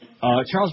Charles